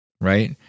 right